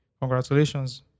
congratulations